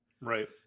Right